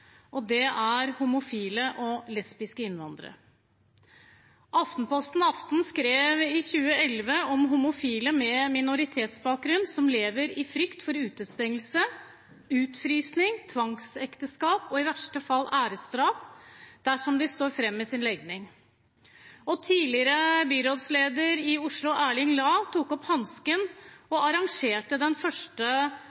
rasisme. Det er homofile og lesbiske innvandrere. Aftenposten Aften skrev i 2011 om homofile med minoritetsbakgrunn som lever i frykt for utestengelse, utfrysning, tvangsekteskap og i verste fall æresdrap dersom de står fram med sin legning. Tidligere byrådsleder i Oslo, Erling Lae, tok opp hansken